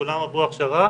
כולם עברו הכשרה